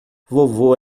vovô